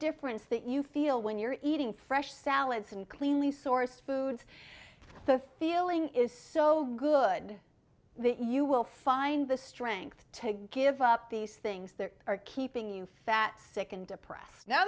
difference that you feel when you're eating fresh salads and cleanly sourced foods the feeling is so good that you will find the strength to give up these things that are keeping you fat sick and depressed now